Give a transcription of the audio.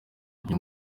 uyu